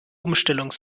umstellung